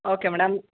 okay madam